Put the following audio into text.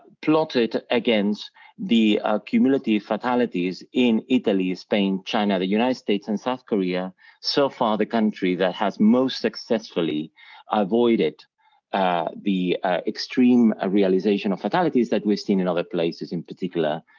plotted against the cumulative fatalities in italy spain, china the united states and south korea so far the country that has most successfully avoided the extreme ah realization of fatalities that we've seen in other places in particular,